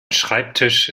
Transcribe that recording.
schreibtisch